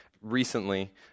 recently